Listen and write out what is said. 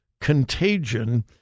contagion